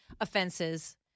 offenses